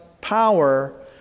power